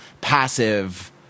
passive